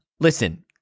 Listen